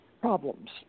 problems